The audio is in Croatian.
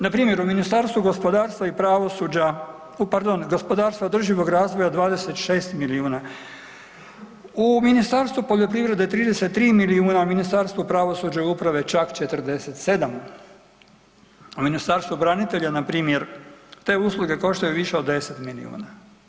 Npr. u Ministarstvu gospodarstva i pravosuđa, pardon, gospodarstva održivog razvoja 26 milijuna, u Ministarstvu poljoprivrede 33 milijuna, u Ministarstvu pravosuđa i uprave čak 47, u Ministarstvu branitelja npr. te usluge koštaju više od 10 milijuna.